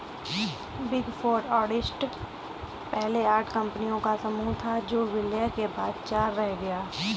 big four auditors पहले आठ कंपनियों का समूह था जो विलय के बाद चार रह गया